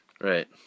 Right